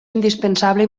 indispensable